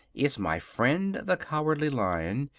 is my friend the cowardly lion,